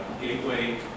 gateway